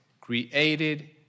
created